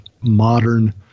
modern